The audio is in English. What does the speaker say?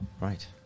Right